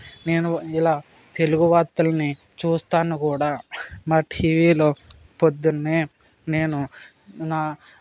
నేను ఇలా తెలుగు వార్తల్ని చూస్తాను కూడా మా టీవీలో ప్రొద్దున్నే నేను నా